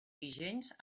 vigents